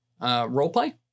Roleplay